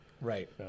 Right